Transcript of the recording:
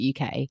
uk